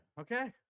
Okay